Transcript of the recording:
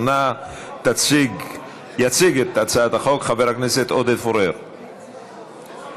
בסדר-היום: הצעת חוק המאבק בטרור (תיקון מס'